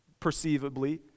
perceivably